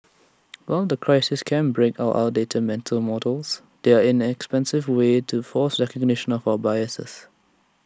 while crises can break our outdated mental models they are in an expensive way to force recognition of our biases